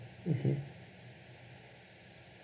mmhmm